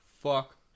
Fuck